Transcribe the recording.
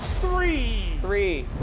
three! three.